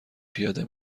پیاده